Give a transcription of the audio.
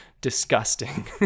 disgusting